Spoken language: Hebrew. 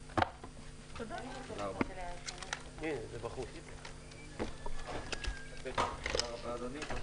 הישיבה ננעלה בשעה 14:10.